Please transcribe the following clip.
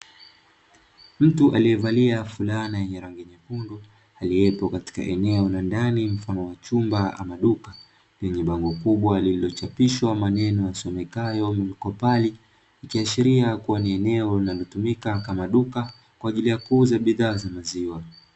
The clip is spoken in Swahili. Mtu aliyevalia fulana yenye rangi nyekundu, aliyepo katika eneo la ndani mfano wa chumba ama duka lenye bango kubwa lililochapishwa maneno yasomekayo “mkopali”. Ikiashiria kuwa ni eneo linalotumika kama duka kwa ajili ya kuuza bidhaa za maziwa.